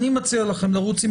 אני מציע לכם לרוץ עם